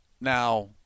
Now